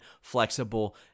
flexible